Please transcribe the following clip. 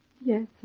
Yes